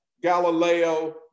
Galileo